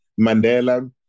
Mandela